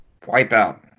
Wipeout